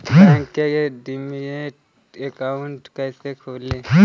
Bank में demat account कैसे खोलें?